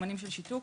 סימני שיתוק.